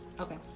okay